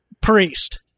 priest